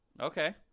Okay